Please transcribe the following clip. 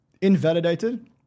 invalidated